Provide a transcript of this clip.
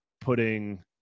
putting